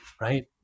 Right